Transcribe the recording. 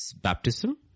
baptism